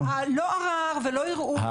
לא ערר ולא ערעור,